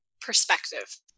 perspective